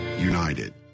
united